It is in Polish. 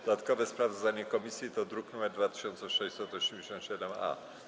Dodatkowe sprawozdanie komisji to druk nr 2687-A.